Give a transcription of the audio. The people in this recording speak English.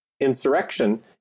insurrection